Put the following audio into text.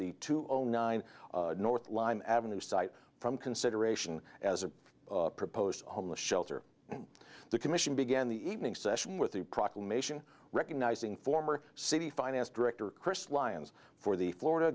zero nine north line avenue site from consideration as a proposed homeless shelter the commission began the evening session with the proclamation recognizing former city finance director chris lyons for the florida